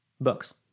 books